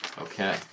Okay